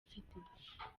afite